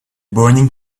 burning